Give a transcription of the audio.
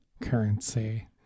currency